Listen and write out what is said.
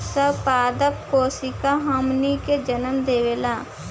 सब पादप कोशिका हार्मोन के जन्म देवेला